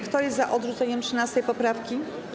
Kto jest za odrzuceniem 13. poprawki?